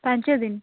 ପାଞ୍ଚଦିନ